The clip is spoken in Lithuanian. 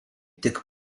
tik